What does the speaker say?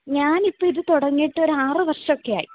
ഞാൻ ഇപ്പോൾ ഇത് തുടങ്ങിയിട്ട് ഒരു ആറു വർഷമൊക്കെയായി